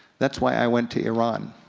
that's why i went to iran.